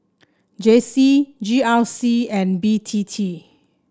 J C G R C and B T T